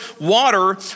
water